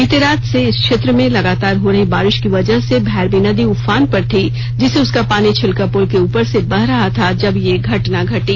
बीते रात से इस क्षेत्र में लगातार हो रही बारिश की वजह से भैरवी नदी उफान पर थीं जिससे उसका पानी छिलका पुल के ऊपर से बह रहा था जब यह घटना घटी